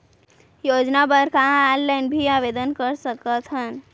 योजना बर का ऑनलाइन भी आवेदन कर सकथन?